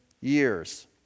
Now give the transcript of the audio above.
years